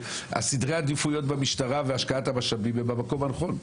סדרי העדיפויות במשטרה והשקעת המשאבים הם במקום הנכון.